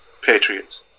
Patriots